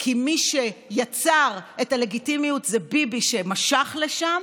כי מי שיצר את הלגיטימיות זה ביבי שמשך לשם,